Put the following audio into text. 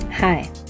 Hi